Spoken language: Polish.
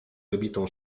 wybitą